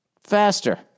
faster